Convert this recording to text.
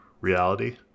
reality